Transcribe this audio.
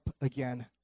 again